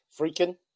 freaking